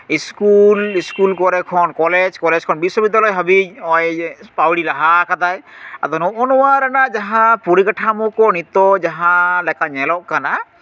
school school ᱠᱚᱨᱮ ᱠᱷᱚᱱ college college ᱠᱷᱚᱱ ᱵᱤᱥᱥᱚ ᱵᱤᱫᱽᱫᱟᱞᱚᱭ ᱦᱟᱹᱵᱤᱡ ᱱᱚᱜᱼᱚᱭ ᱯᱟᱹᱣᱲᱤ ᱞᱟᱦᱟ ᱠᱟᱫᱟᱭ ᱟᱫᱚ ᱱᱚᱜᱼᱚ ᱱᱚᱣᱟ ᱨᱮᱱᱟᱜ ᱡᱟᱦᱟᱸ ᱯᱚᱨᱤᱠᱟᱴᱷᱟᱢᱳ ᱠᱚ ᱱᱤᱛᱚᱜ ᱡᱟᱦᱟᱸ ᱞᱮᱠᱟ ᱧᱮᱞᱚᱜ ᱠᱟᱱᱟ